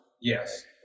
Yes